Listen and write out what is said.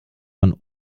von